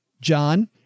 John